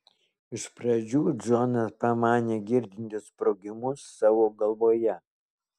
iš pradžių džonas pamanė girdintis sprogimus savo galvoje